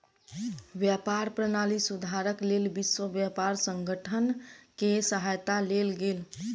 व्यापार प्रणाली सुधारक लेल विश्व व्यापार संगठन के सहायता लेल गेल